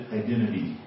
identity